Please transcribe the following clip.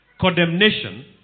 condemnation